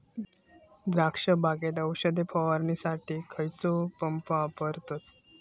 द्राक्ष बागेत औषध फवारणीसाठी खैयचो पंप वापरतत?